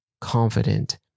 confident